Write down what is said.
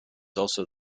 also